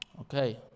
Okay